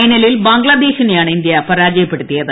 ഫൈനലിൽ ബംഗ്ലാദേശിനെയാണ് ഇന്ത്യ പരാജയപ്പെടുത്തിയത്